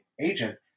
agent